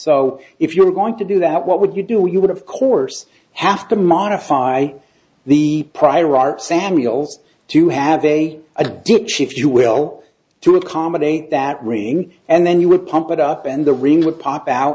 so if you are going to do that what would you do you would of course have to modify the prior art samuels to have a a ditch if you will to accommodate that ring and then you would pump it up and the rings would pop out